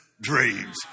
dreams